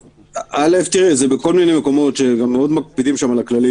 אבל אוכל לחזור: יש לנו בעצם לבנות של סיכון.